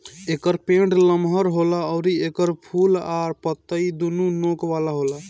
एकर पेड़ लमहर होला अउरी एकर फूल आ पतइ दूनो नोक वाला होला